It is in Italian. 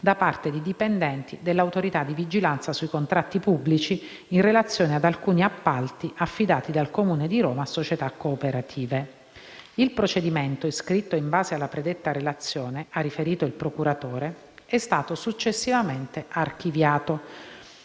da parte di dipendenti dell’Autorità di vigilanza sui contratti pubblici in relazione ad alcuni appalti affidati dal Comune di Roma a società cooperative». Il procedimento iscritto in base alla predetta relazione - ha riferito il procuratore - è stato successivamente archiviato.